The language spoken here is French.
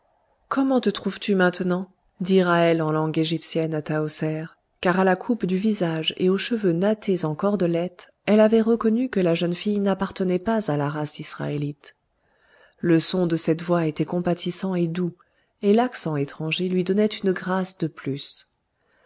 comment te trouves-tu maintenant dit ra'hel en langue égyptienne à tahoser car à la coupe du visage et aux cheveux nattés en cordelettes elle avait reconnu que la jeune fille n'appartenait pas à la race israélite le son de cette voix était compatissant et doux et l'accent étranger lui donnait une grâce de plus